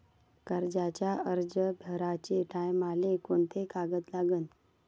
कर्जाचा अर्ज भराचे टायमाले कोंते कागद लागन?